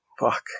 fuck